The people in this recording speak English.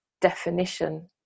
definition